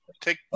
take